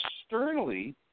externally